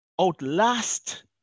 outlast